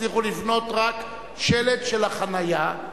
הצליחו לבנות רק שלד של החנייה,